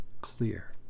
clear